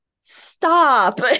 stop